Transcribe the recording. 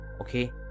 Okay